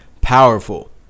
powerful